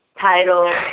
title